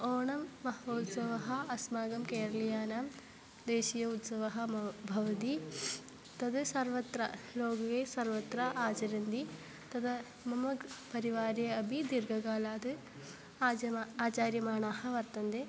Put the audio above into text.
ओणं महोत्सवः अस्माकं केरलियानां देशीय उत्सवः म भवति तद् सर्वत्र लोके सर्वत्र आचरन्ति तदा मम परिवारे अपि दीर्घकालाद् आचमा आचार्यमाणाः वर्तन्ते